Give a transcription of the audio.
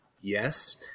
Yes